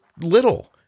little